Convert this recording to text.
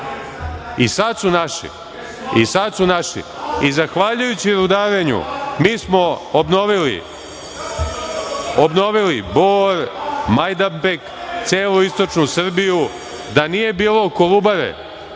I sad su naši. Zahvaljujući rudarenju, mi smo obnovili Bor, Majdanpek, celu istočnu Srbiju. Da nije bilo Kolubare,